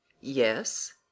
yes